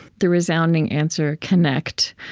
the resounding answer connect.